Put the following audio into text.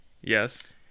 yes